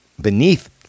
beneath